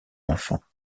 enfants